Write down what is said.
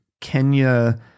Kenya